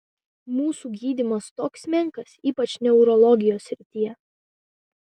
mūsų gydymas toks menkas ypač neurologijos srityje